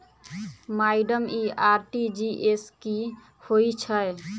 Madam इ RTGS की होइ छैय?